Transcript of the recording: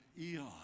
eon